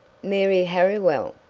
mary harriwell.